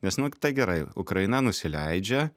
nes nu tai gerai ukraina nusileidžia